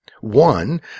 One